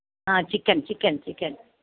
ആഹ് chicken chicken ചിക്കന്